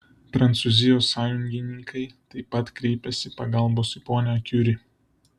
prancūzijos sąjungininkai taip pat kreipiasi pagalbos į ponią kiuri